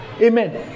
Amen